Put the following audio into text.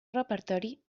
repertori